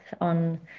on